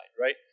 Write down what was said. right